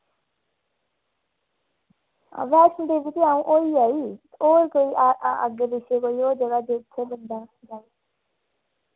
हां वैश्णो देवी ते अ'ऊं होई आई होर कोई अग्गे पिच्छे कोई होर जगह् दिक्खग बंदा